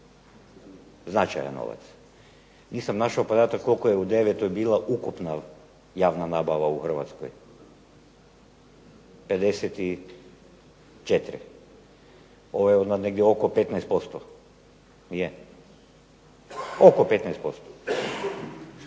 Značajan novac. Nisam našao podatak koliko je u 2009. bilo ukupna javna nabava u Hrvatskoj, 54, ovo je na negdje oko 15%? Nije? Oko 15%.